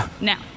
Now